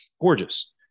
gorgeous